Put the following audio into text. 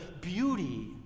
beauty